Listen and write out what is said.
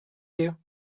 you